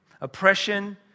Oppression